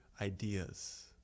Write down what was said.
ideas